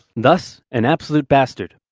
thus, an absolute bastard.